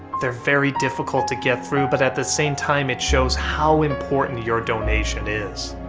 they're very difficult to get through, but at the same time, it shows how important your donation is.